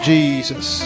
Jesus